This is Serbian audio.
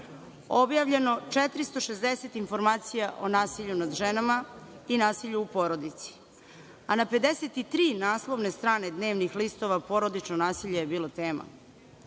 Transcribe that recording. objavljeno 460 informacija o nasilju nad ženama i nasilju u porodici, a na 53 naslovne strane dnevnih listova porodično nasilje je bilo tema.